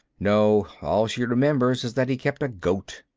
no. all she remembers is that he kept a goat.